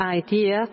idea